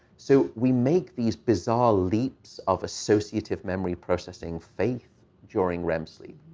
so we make these bizarre leaps of associative memory processing faith during rem sleep.